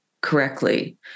correctly